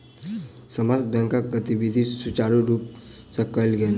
समस्त बैंकक गतिविधि सुचारु रूप सँ कयल गेल